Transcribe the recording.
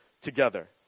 together